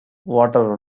water